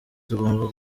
tugomba